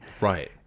Right